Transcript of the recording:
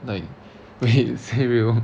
like wait say real